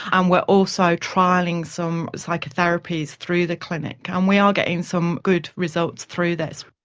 um we're also trialling some psychotherapies through the clinic and we are getting some good results through this.